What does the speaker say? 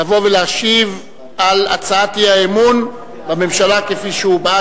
לבוא ולהשיב על הצעת האי-אמון בממשלה כפי שהובעה